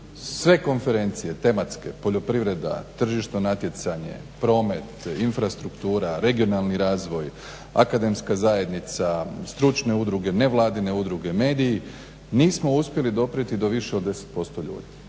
Sve konferencije tematske, poljoprivreda, tržišno natjecanje, promet, infrastruktura, regionalni razvoj, akademska zajednica, stručne udruge, nevladine udruge, mediji nismo uspjeli doprijeti do više od 10% ljudi.